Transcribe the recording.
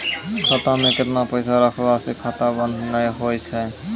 खाता मे केतना पैसा रखला से खाता बंद नैय होय तै?